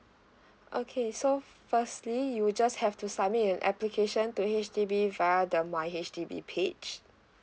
okay so firstly you just have to submit an application to H_D_B via the my H_D_B page